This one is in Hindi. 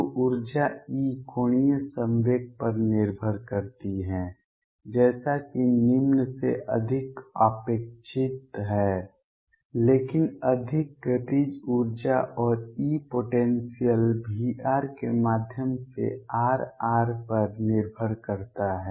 तो ऊर्जा E कोणीय संवेग पर निर्भर करती है जैसा कि निम्न से अधिक अपेक्षित है लेकिन अधिक गतिज ऊर्जा और E पोटेंसियल V के माध्यम से R पर निर्भर करता है